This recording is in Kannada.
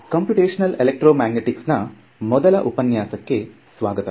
ಕಂಪ್ಯೂಟಿಷನಲ್ ಎಲೆಕ್ಟ್ರೋಮ್ಯಾಗ್ನೆಟಿಕ್ಸ್ ನ ಮೊದಲ ಉಪನ್ಯಾಸಕ್ಕೆ ಸ್ವಾಗತ